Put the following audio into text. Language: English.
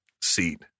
seat